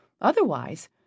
otherwise